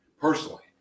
personally